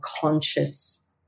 conscious